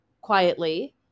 quietly